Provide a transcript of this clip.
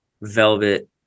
velvet